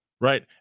Right